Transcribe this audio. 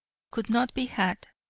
could not be had,